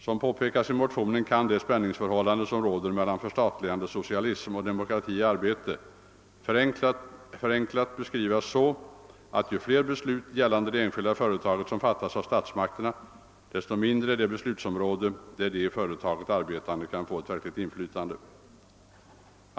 Som påpekas i motionen kan det spänningsförhållande, som råder mellan förstatligandesocialism och demokrati i arbetet, förenklat beskrivas så, att ju fler beslut gällande det enskilda företaget som fattas av statsmakterna desto mindre är det beslutsområde där de i företaget arbetande kan få ett verkligt inflytande.